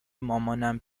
مامانم